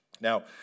Now